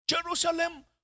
Jerusalem